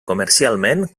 comercialment